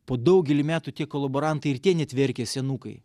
po daugelį metų tie kolaborantai ir tie net verkia senukai